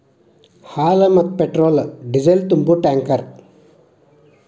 ಹಾಲ, ಮತ್ತ petrol diesel ತುಂಬು ಟ್ಯಾಂಕರ್